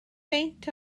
peint